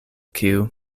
kiu